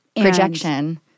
projection